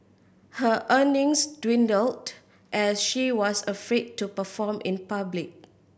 her earnings dwindled as she was afraid to perform in public